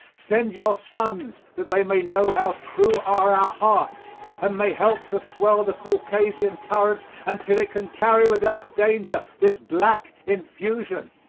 send your sons that they may know how true are our hearts and may help to swell the caucasian current until it can carry without danger this black infusion.